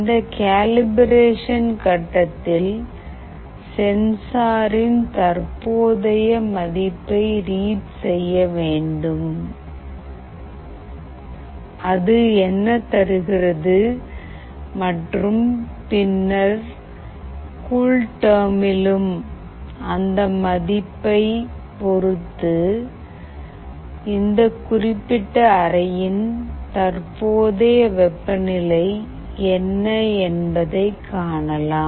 இந்த கேலிப்ரேஷன் கட்டத்தில் சென்சாரின் தற்போதைய மதிப்பை ரீட் செய்ய வேண்டும் அது என்ன தருகிறது மற்றும் பின்னர் கூல்டெர்மிலும் அந்த மதிப்பைப் பொறுத்து இந்த குறிப்பிட்ட அறையின் தற்போதைய வெப்பநிலை என்ன என்பதை காணலாம்